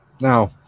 Now